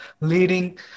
leading